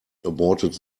aborted